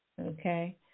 okay